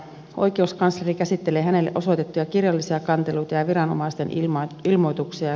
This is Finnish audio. oikeuskansleri käsittelee hänelle osoitettuja kirjallisia kanteluita ja viranomaisten ilmoituksia